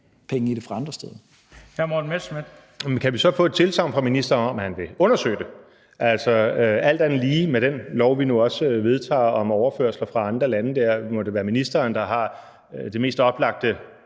Kl. 17:03 Morten Messerschmidt (DF): Men kan vi så få et tilsagn fra ministeren om, at han vil undersøge det? Alt andet lige må det med den lov, vi nu også vedtager om overførsler fra andre lande, være ministeren, der så også har den mest oplagte